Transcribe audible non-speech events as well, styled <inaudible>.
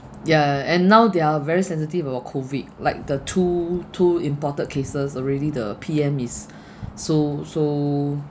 yeah and now they're very sensitive about COVID like the two two imported cases already the P_M is <breath> so so